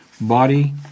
body